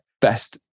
best